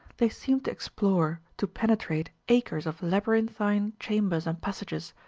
they seemed to explore, to penetrate acres of labyrinthine chambers and passages,